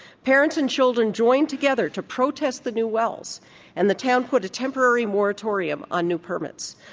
parents and children joined together to protest the new well so and the town put a temporary moratorium on new permits,